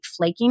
flakiness